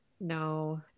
No